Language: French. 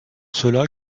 cela